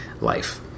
life